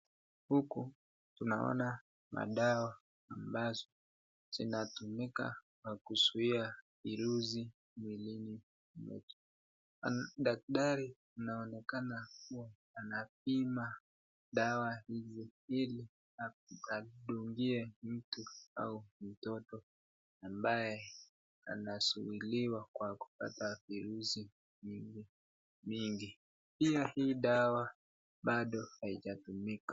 Huku tunaona madawa ambazo zinatumika na kuzuia viruzi mwilini mwetu, daktari anaonekana kuwa anapima dawa hili atungie mtu au mtoto ambaye anasuuliwa kupata viruzi mingi, pia hii dawa pado haijatumika.